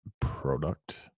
product